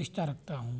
رشتہ رکھتا ہوں